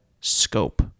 scope